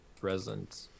present